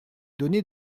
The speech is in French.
donné